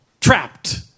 Trapped